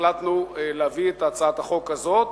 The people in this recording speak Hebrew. החלטנו להביא את הצעת החוק הזאת